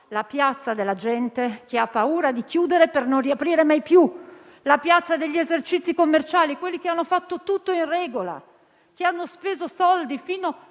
la piazza della gente che ha paura di chiudere per non riaprire mai più! La piazza degli esercizi commerciali, quelli che hanno fatto tutto in regola, che hanno speso soldi fino a